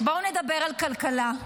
בואו נדבר על כלכלה,